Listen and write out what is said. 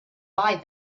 buy